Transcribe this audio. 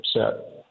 upset